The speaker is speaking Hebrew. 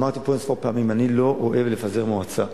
אמרתי פה אין-ספור פעמים: אני לא אוהב לפזר מועצה,